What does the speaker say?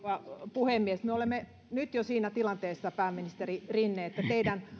puhemies me olemme jo nyt siinä tilanteessa pääministeri rinne että teidän